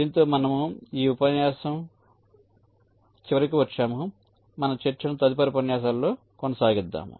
దీనితో మనము ఈ ఉపన్యాసం చివరికి వచ్చాము కాబట్టి మన చర్చను తదుపరి ఉపన్యాసంలో కొనసాగిద్దాము